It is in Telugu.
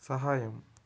సహాయం